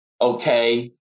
okay